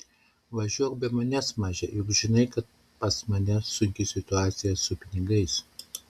važiuok be manęs maže juk žinai kad pas mane sunki situaciją su pinigais